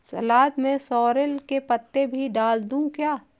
सलाद में सॉरेल के पत्ते भी डाल दूं क्या?